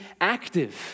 active